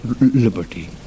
liberty